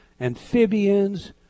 amphibians